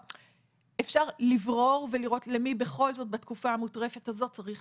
אפשר לברור ולבדוק למי בכל זאת בתקופה המוטרפת הזאת צריך